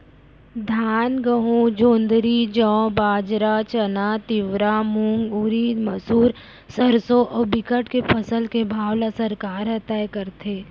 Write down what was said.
धान, गहूँ, जोंधरी, जौ, बाजरा, चना, तिंवरा, मूंग, उरिद, मसूर, सरसो अउ बिकट के फसल के भाव ल सरकार ह तय करथे